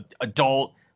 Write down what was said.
adult